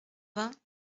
vingt